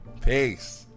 peace